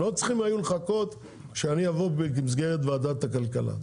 הם לא היו צריכים לחכות שאני אבוא במסגרת ועדת הכלכלה.